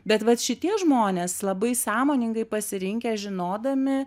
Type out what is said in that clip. bet vat šitie žmonės labai sąmoningai pasirinkę žinodami